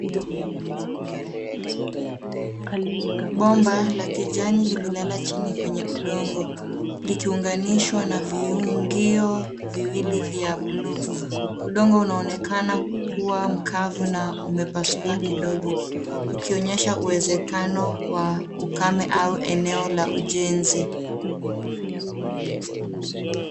Bomba la kijani limelala chini kwenye udongo likiunganishwa na viungio viwili vya buluu. Udongo unaonekana kuwa mkavu na umepasuka kidogo ukionyesha uwezekano wa ukame au eneo la ujenzi.